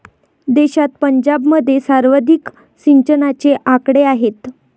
देशात पंजाबमध्ये सर्वाधिक सिंचनाचे आकडे आहेत